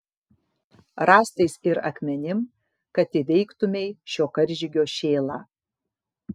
rąstais ir akmenim kad įveiktumei šio karžygio šėlą